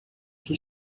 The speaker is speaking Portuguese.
que